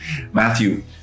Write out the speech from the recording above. Matthew